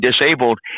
disabled